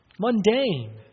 Mundane